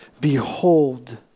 Behold